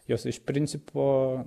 jos iš principo